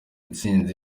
ntsinzi